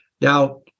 Now